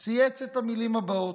את המילים הבאות: